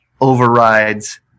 overrides